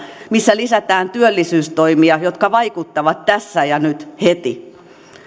missä lisätään työllisyystoimia jotka vaikuttavat tässä ja nyt heti